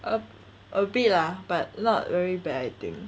a a bit lah but not very bad I think